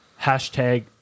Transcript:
hashtag